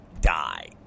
die